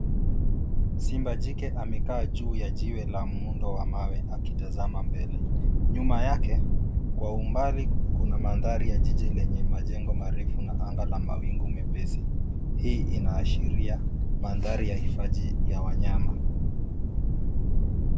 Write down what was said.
Simba jike amekaa juu ya jiwe la muundo wa mawe akitazama mbele. Nyuma yake, kwa umbali kuna manthari ya jiji lenye majengo marefu na anga la mawingu mepesi. Hii inaashiria manthari ya hifadhi ya wanyama.